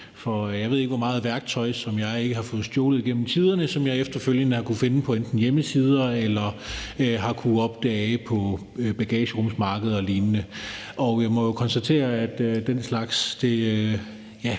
til hælere. For hvor meget værktøj har jeg ikke fået stjålet gennem tiderne, som jeg efterfølgende enten har kunnet finde på hjemmesider eller har kunnet opdage ved bagagerumsmarkeder eller lignende. Og jeg må jo konstatere, at når den slags